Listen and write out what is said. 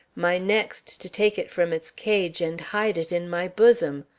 my next to take it from its cage and hide it in my bosom.